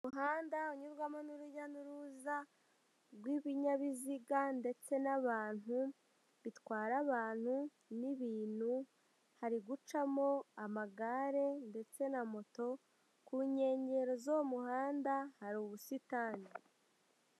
Umuhanda unyurwamo n'urujya n'uruza rw'ibinyabiziga ndetse n'abantu bitwara abantu n'ibintu, hari gucamo amagare ndetse na moto. Ku nkengero z'uwo muhanda hari ubusitani.